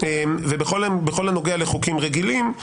ובכל הנוגע לחוקים רגילים,